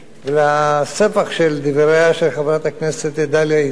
הספח של דבריה של חברת הכנסת דליה איציק,